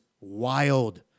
wild